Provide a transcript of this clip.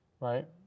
right